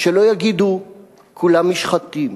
שלא יגידו "כולם מושחתים",